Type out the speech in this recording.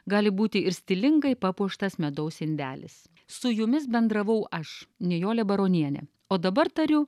gali būti ir stilingai papuoštas medaus indelis su jumis bendravau aš nijolė baronienė o dabar tariu